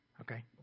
Okay